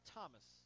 Thomas